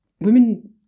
Women